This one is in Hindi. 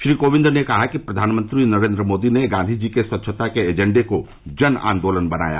श्री कोविंद ने कहा कि प्रवानमंत्री नरेन्द्र मोदी ने गांधी जी के स्वच्छता के एजेंडे को जन आन्दोलन बनाया